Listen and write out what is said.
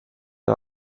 hea